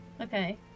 Okay